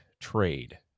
trade